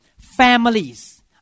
Families